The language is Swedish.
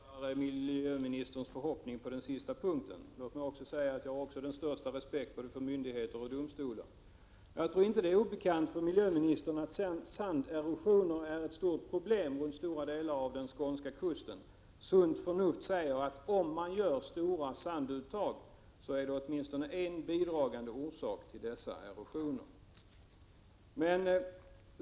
Herr talman! Jag delar miljöministerns förhoppning på den sista punkten. Låt mig säga att jag också har den största respekt för både myndigheter och domstolar, men jag tror inte att det är obekant för miljöministern att sanderosionen är ett stort problem runt stora delar av den skånska kusten. Sunt förnuft säger att om man gör stora sanduttag så är det åtminstone en bidragande orsak till dessa erosioner.